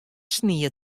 snie